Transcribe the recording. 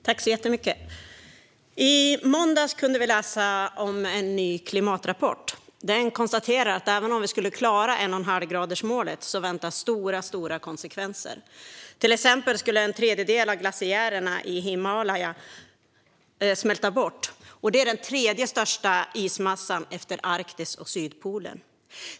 Fru talman! I måndags kunde vi läsa om en ny klimatrapport. I den konstateras att även om vi skulle klara att nå 1,5-gradersmålet väntar stora konsekvenser. Till exempel kommer en tredjedel av glaciärerna i Himalaya, den tredje största ismassan efter Arktis och Sydpolen, att smälta bort.